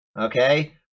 okay